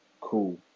Cool